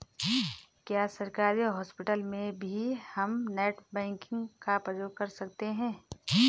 क्या सरकारी हॉस्पिटल में भी हम नेट बैंकिंग का प्रयोग कर सकते हैं?